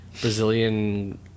Brazilian